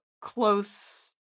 close